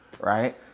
Right